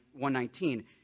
119